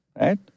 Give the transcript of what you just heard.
right